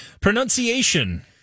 Pronunciation